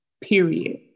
Period